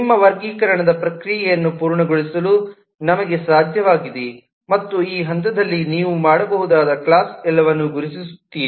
ನಿಮ್ಮ ವರ್ಗೀಕರಣ ಪ್ರಕ್ರಿಯೆಯನ್ನು ಪೂರ್ಣಗೊಳಿಸಲು ನಮಗೆ ಸಾಧ್ಯವಾಗಿದೆ ಮತ್ತು ಈ ಹಂತದಲ್ಲಿ ನೀವು ಮಾಡಬಹುದಾದ ಕ್ಲಾಸ್ ಎಲ್ಲವನ್ನೂ ಗುರುತಿಸಿದ್ದೀರಿ